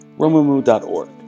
Romumu.org